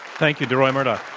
thank you, deroy murdock.